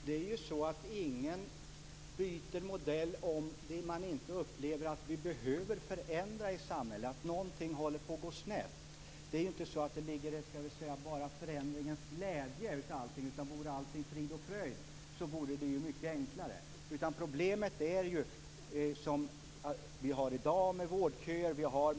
Fru talman! Det är ju ingen som byter modell om man inte upplever att vi behöver förändra i samhället, att någonting håller på att gå snett. Det är inte så att det bara ligger, skall vi säga, en förändringens glädje bakom detta. Vore allting frid och fröjd så vore det ju mycket enklare. Problemet är att vi i dag har vårdköer. Vi har